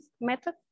method